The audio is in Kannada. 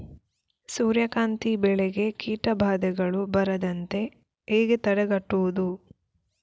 ಸೂರ್ಯಕಾಂತಿ ಬೆಳೆಗೆ ಕೀಟಬಾಧೆಗಳು ಬಾರದಂತೆ ಹೇಗೆ ತಡೆಗಟ್ಟುವುದು?